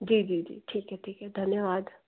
जी जी जी ठीक है ठीक है धन्यवाद